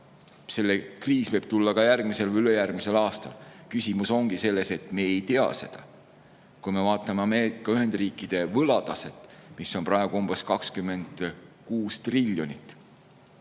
aga kriis võib tulla ka järgmisel või ülejärgmisel aastal. [Probleem] ongi selles, et me ei tea seda. Kui me vaatame Ameerika Ühendriikide võlataset, mis on praegu umbes 26 triljonit,